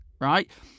right